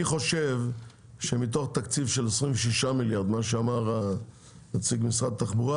אני חושב שמתוך תקציב של 26 מיליארד ₪ כמו שאמר נציג משרד התחבורה